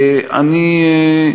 אני,